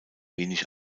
wenig